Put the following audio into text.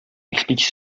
explique